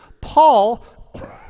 Paul